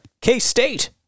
K-State